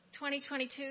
2022